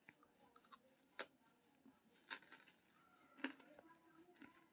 interbank transfer मे लाभार्थीक राशि दोसर बैंकक खाता मे हस्तांतरित कैल जाइ छै